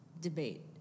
debate